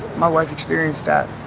my wife experienced that.